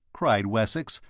cried wessex,